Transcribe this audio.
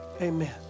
Amen